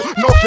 no